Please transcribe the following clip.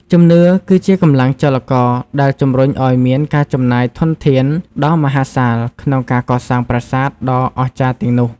ជំនឿគឺជាកម្លាំងចលករដែលជំរុញឱ្យមានការចំណាយធនធានដ៏មហាសាលក្នុងការកសាងប្រាសាទដ៏អស្ចារ្យទាំងនោះ។